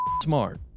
smart